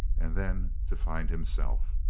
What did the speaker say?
and then to find himself.